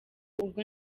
ubwo